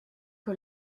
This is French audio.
que